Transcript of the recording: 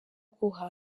aguha